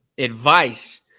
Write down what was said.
advice